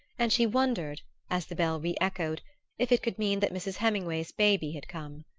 and she wondered as the bell re-echoed if it could mean that mrs. heminway's baby had come.